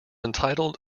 entitled